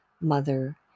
mother